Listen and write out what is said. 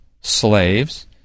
slaves